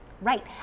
Right